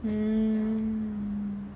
mm